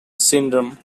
syndrome